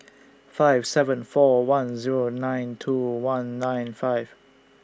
five seven four one Zero nine two one nine five